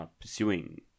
pursuing